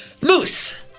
Moose